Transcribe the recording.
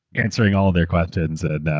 answering all of their questions and